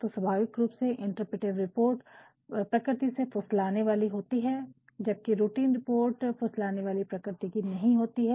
तो स्वाभविक रूप से इंटरप्रेटिव रिपोर्ट प्रकृति से फुसलाने वाली होती है जबकि एक रूटीन रिपोर्ट फुसलाने वाली प्रकृति की नहीं होती है